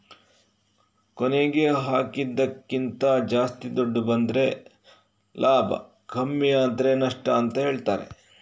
ಕೊನೆಗೆ ಹಾಕಿದ್ದಕ್ಕಿಂತ ಜಾಸ್ತಿ ದುಡ್ಡು ಬಂದ್ರೆ ಲಾಭ ಕಮ್ಮಿ ಆದ್ರೆ ನಷ್ಟ ಅಂತ ಹೇಳ್ತಾರೆ